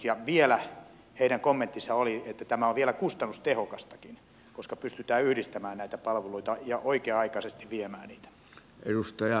ja heidän kommenttinsa oli että tämä on vielä kustannustehokastakin koska pystytään yhdistämään näitä palveluita ja oikea aikaisesti viemään niitä